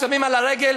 שמים על הרגל.